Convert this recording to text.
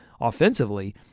offensively